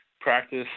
practice